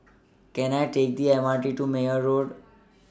Can I Take The M R T to Meyer Road